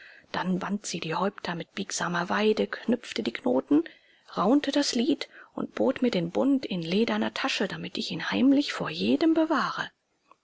dann band sie die häupter mit biegsamer weide knüpfte die knoten raunte das lied und bot mir den bund in lederner tasche damit ich ihn heimlich vor jedem bewahre